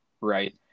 Right